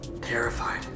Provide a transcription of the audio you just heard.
terrified